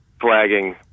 flagging